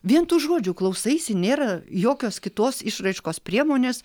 vien tų žodžių klausaisi nėra jokios kitos išraiškos priemonės